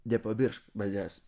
nepamiršk manęs